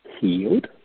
healed